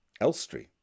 Elstree